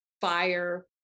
fire